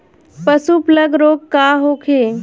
पशु प्लग रोग का होखे?